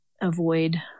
avoid